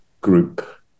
group